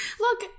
Look